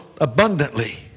abundantly